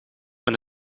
met